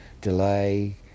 delay